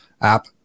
app